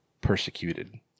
persecuted